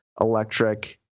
electric